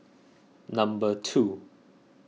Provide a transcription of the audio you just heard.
number two